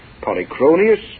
Polychronius